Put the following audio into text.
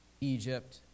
Egypt